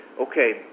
okay